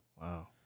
Wow